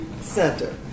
Center